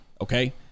okay